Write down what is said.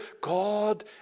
God